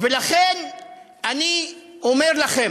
ולכן אני אומר לכם: